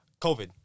COVID